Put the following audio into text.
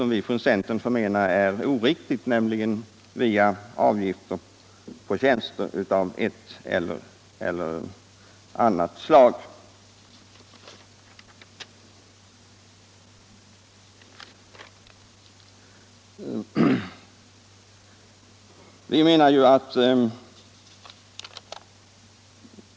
och då oftast via ökade avgifter på tjänster, något som vi inom centern anser är oriktigt.